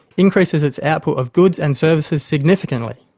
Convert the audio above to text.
increases its output of goods and services significantly.